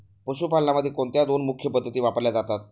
पशुपालनामध्ये कोणत्या दोन मुख्य पद्धती वापरल्या जातात?